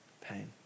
pain